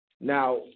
Now